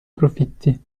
profitti